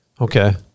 Okay